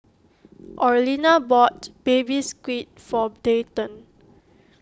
Orlena bought Baby Squid for Dayton